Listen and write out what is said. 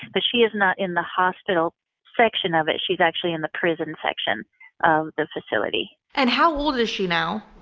but she is not in the hospital section of it. she's actually in the prison section of the facility. and how old is she now?